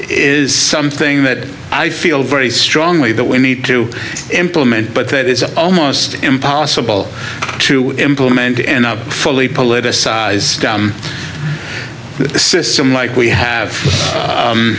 is something that i feel very strongly that we need to implement but that is almost impossible to implement and i fully politicize the system like we have